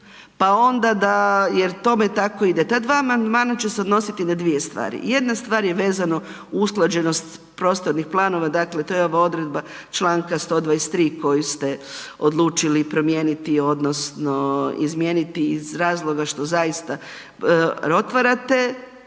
pa onda da, jer tome tako ide. Ta dva amandmana će se odnositi na dvije stvari. Jedna stvar je vezano usklađenost prostornih planova, dakle to je ova odredba čl. 123. koji ste odlučili promijeniti odnosno izmijeniti iz razloga što zaista otvarate